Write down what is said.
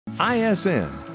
ISN